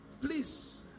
Please